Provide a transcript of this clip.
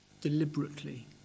deliberately